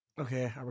Okay